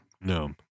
no